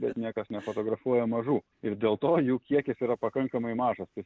bet niekas nefotografuoja mažų ir dėl to jų kiekis yra pakankamai mažas tai